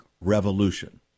revolution